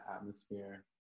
atmosphere